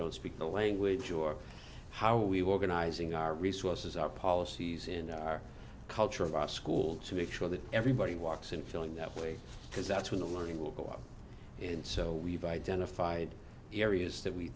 don't speak the language or how we were going izing our resources our policies in our culture of our schools to make sure that everybody walks in feeling that way because that's when the money will go and so we've identified areas that we